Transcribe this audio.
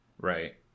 Right